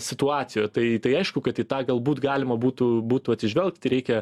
situacijoje tai tai aišku kad į tą galbūt galima būtų būtų atsižvelgti reikia